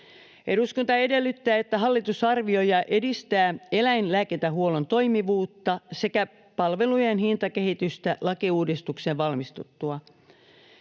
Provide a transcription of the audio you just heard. Eduskunta edellyttää, että hallitus arvioi ja edistää eläinlääkintähuollon toimivuutta sekä palvelujen hintakehitystä lakiuudistuksen valmistuttua.